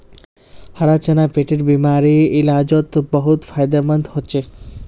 हरा चना पेटेर बिमारीर इलाजोत बहुत फायदामंद होचे